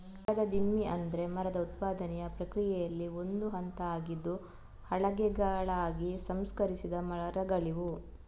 ಮರದ ದಿಮ್ಮಿ ಅಂದ್ರೆ ಮರದ ಉತ್ಪಾದನೆಯ ಪ್ರಕ್ರಿಯೆಯಲ್ಲಿ ಒಂದು ಹಂತ ಆಗಿದ್ದು ಹಲಗೆಗಳಾಗಿ ಸಂಸ್ಕರಿಸಿದ ಮರಗಳಿವು